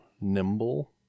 nimble